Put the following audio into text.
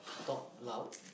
talk loud